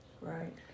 Right